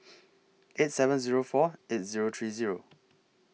eight seven Zero four eight Zero three Zero